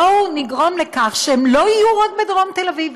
בואו נגרום לכך שהם לא יהיו רק בדרום תל אביב.